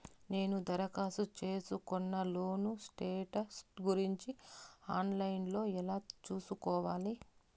నేను దరఖాస్తు సేసుకున్న లోను స్టేటస్ గురించి ఆన్ లైను లో ఎలా సూసుకోవాలి?